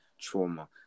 trauma